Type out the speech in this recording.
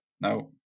no